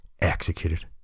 executed